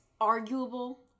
arguable